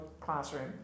classroom